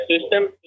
system